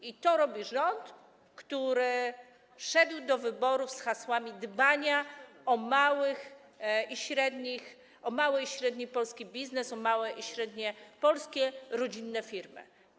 I to robi rząd, który szedł do wyborów z hasłami dotyczącymi dbania o małych i średnich: o mały i średni polski biznes, o małe i średnie polskie rodzinne firmy.